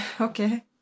Okay